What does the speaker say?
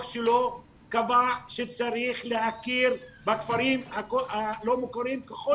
שלו קבע שצריך להכיר בכפרים הלא מוכרים ככל